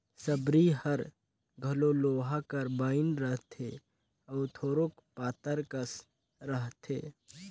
सबरी हर घलो लोहा कर बइन रहथे अउ थोरोक पातर कस रहथे